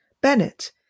Bennett